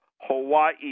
Hawaii